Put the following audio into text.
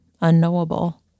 unknowable